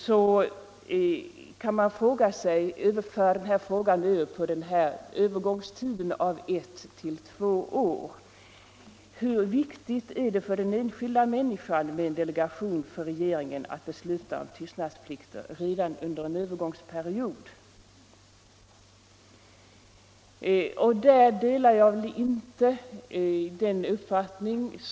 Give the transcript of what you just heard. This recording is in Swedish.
För att anknyta till de grundläggande linjerna kan man i anslutning till förslaget om en övergångstid av ett till två år fråga sig: Hur viktigt är det för den enskilda människan med en delegation till regeringen att besluta om tystnadsplikter redan under en övergångsperiod?